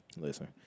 Listen